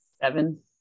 Seven